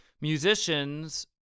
Musicians